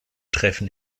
treffen